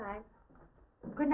right good